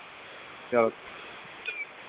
चलो